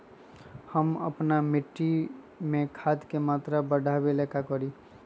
हम अपना मिट्टी में खाद के मात्रा बढ़ा वे ला का करी?